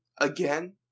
again